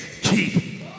keep